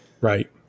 Right